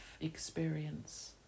experience